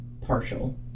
partial